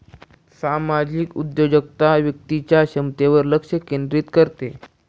सामाजिक उद्योजकता व्यक्तीच्या क्षमतेवर लक्ष केंद्रित करते